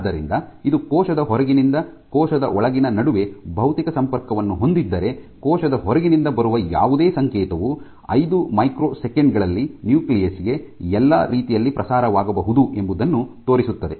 ಆದ್ದರಿಂದ ಇದು ಕೋಶದ ಹೊರಗಿನಿಂದ ಕೋಶದ ಒಳಗಿನ ನಡುವೆ ಭೌತಿಕ ಸಂಪರ್ಕವನ್ನು ಹೊಂದಿದ್ದರೆ ಕೋಶದ ಹೊರಗಿನಿಂದ ಬರುವ ಯಾವುದೇ ಸಂಕೇತವು ಐದು ಮೈಕ್ರೊ ಸೆಕೆಂಡು ಗಳಲ್ಲಿ ನ್ಯೂಕ್ಲಿಯಸ್ ಗೆ ಎಲ್ಲಾ ರೀತಿಯಲ್ಲಿ ಪ್ರಸಾರವಾಗಬಹುದು ಎಂಬುದನ್ನು ತೋರಿಸುತ್ತದೆ